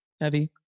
Heavy